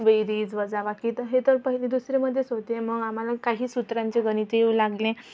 बेरीज वजाबाकी तर हे तर पहिली दुसरीमध्येच होते मग आम्हाला काही सूत्रांचे गणितं येऊ लागले